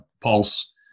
pulse